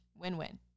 win-win